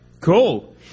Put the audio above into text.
cool